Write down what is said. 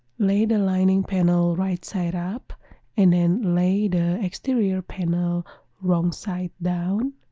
lay the lining panel right side up and then lay the exterior panel wrong side down